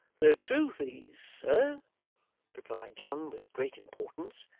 the truth is, sir replied john with great importance,